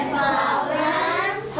problems